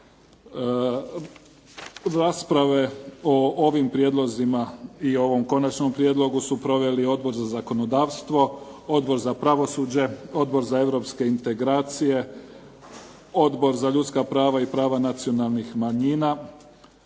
Rasprave o ovim prijedlozima i ovom konačnom prijedlogu su proveli Odbor za zakonodavstvo, Odbor za pravosuđe, Odbor za europske integracije, Odbor za ljudska prava i prava nacionalnih manjina